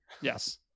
Yes